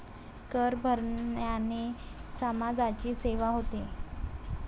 कर भरण्याने समाजाची सेवा होते